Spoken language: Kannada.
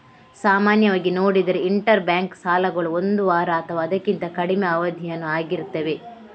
ಸಾಮಾನ್ಯವಾಗಿ ನೋಡಿದ್ರೆ ಇಂಟರ್ ಬ್ಯಾಂಕ್ ಸಾಲಗಳು ಒಂದು ವಾರ ಅಥವಾ ಅದಕ್ಕಿಂತ ಕಡಿಮೆ ಅವಧಿಯದ್ದು ಆಗಿರ್ತವೆ